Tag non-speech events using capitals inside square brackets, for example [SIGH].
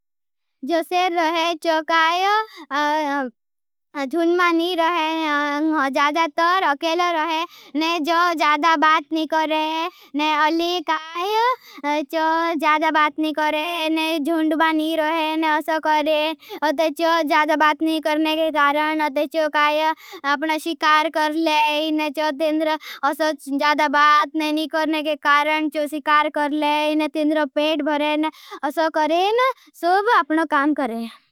जो सेर रहे, जो काय जुन्द मा नी रहे। जाधा तर अकेलो रहे, जो जाधा बात नी करे। अले काय [HESITATION] जो जाधा बात नी करे, जुन्द मा नी रहे। जो जाधा बात नी करने के कारण। जो काय अपना शिकार कर ले। जो जाधा बात नी करने के कारण। जो शिकार कर ले अने तेंद पेट भरे करेंन। ऐसो करेंन सो अप्दो काम करे।